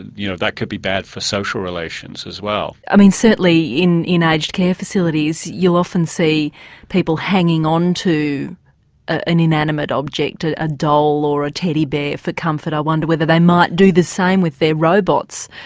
you know that could be bad for social relations as well. i mean certainly in in aged care facilities you'll often see people hanging on to an inanimate object, ah a doll, or a teddy bear for comfort, i wonder whether they might do the same with their robots.